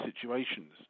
situations